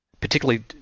particularly